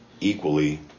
equally